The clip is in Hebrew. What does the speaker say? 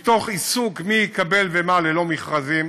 מתוך העיסוק מי יקבל מה ללא מכרזים.